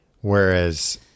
Whereas